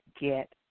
get